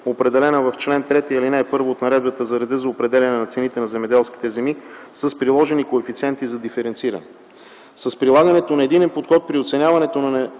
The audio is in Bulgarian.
определена в чл. 3, ал. 1 от Наредбата за реда за определяне на цените на земеделските земи с приложени коефициенти за диференциране. С прилагането на единен подход при оценяването на